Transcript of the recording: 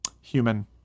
human